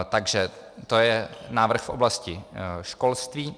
Takže to je návrh v oblasti školství.